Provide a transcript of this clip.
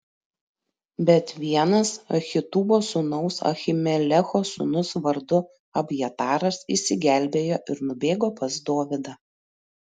bet vienas ahitubo sūnaus ahimelecho sūnus vardu abjataras išsigelbėjo ir nubėgo pas dovydą